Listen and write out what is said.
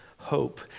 hope